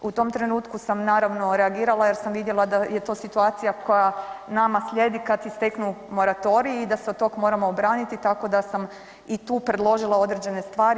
U tom trenutku sam naravno reagirala jer sam vidjela da je to situacija koja nama slijedi kad isteknu moratoriji i da se od tog moramo obraniti, tako da sam i tu predložila određene stvari.